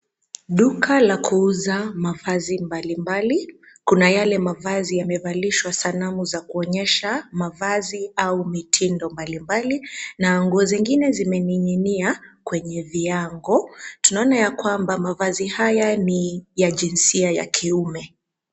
Duka la kuuza mavazi mbalimbali kuna yale mavazi yamevalishwa sanamu za kuonyesha mavazi au mitindo mbalimbali na nguo zingine zimening'inia kwenye viango. Tunaona ya kwamba mavazi haya ni ya jinsia ya kiume.